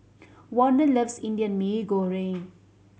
Warner loves Indian Mee Goreng